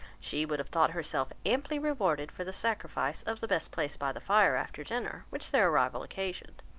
she would have thought herself amply rewarded for the sacrifice of the best place by the fire after dinner, which their arrival occasioned.